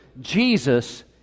Jesus